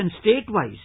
state-wise